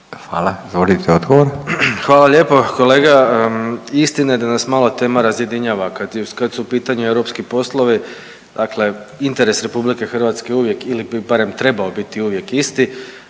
(Socijaldemokrati)** Hvala lijepo kolega, istina je da nas malo tema razjedinjava kad su u pitanju europski poslovi, dakle interes RH je uvijek ili bi barem trebao biti uvijek isti,